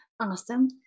Awesome